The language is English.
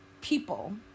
people